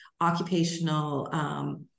occupational